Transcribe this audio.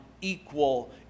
equal